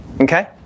Okay